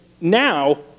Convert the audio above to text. now